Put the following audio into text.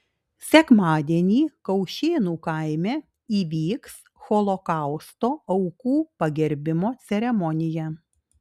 sekmadienį kaušėnų kaime įvyks holokausto aukų pagerbimo ceremonija